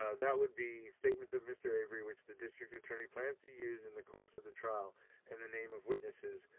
ah that would be statements of mr avery which the district attorney plans to use in the course of the trial in the name of witnesses,